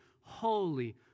holy